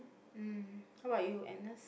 um how about you Agnes